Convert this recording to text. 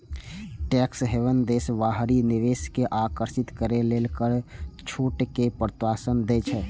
tax haven देश बाहरी निवेश कें आकर्षित करै लेल कर छूट कें प्रोत्साहन दै छै